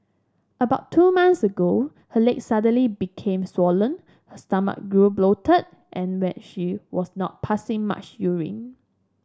about two months ago her legs suddenly became swollen her stomach grew bloated and she was not passing much urine